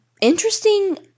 interesting